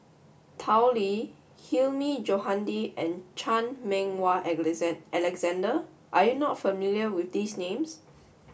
Tao Li Hilmi Johandi and Chan Meng Wah Alexander are you not familiar with these names